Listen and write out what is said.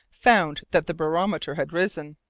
found that the barometer had risen,